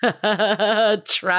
Trust